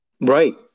Right